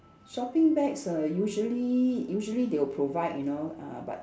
shopping bags ah usually usually they will provide you know uh but